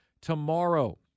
Tomorrow